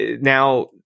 now